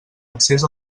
accés